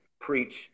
preach